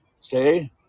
Stay